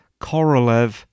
Korolev